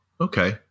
Okay